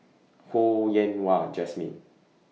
Ho Yen Wah Jesmine